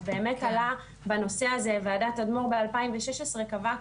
אז באמת עלה בנושא הזה וועדת תדמור ב-2016 קבעה